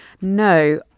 No